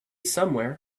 somewhere